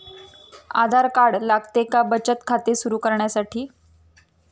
आधार card लागते का बचत खाते सुरू करण्यासाठी?